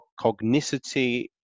Cognicity